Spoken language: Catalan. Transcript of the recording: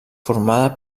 formada